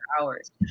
hours